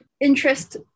interest